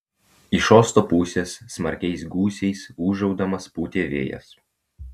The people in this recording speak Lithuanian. iš uosto pusės smarkiais gūsiais ūžaudamas pūtė vėjas